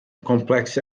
complex